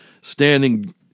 standing